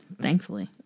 Thankfully